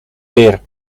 weer